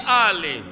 early